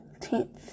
15th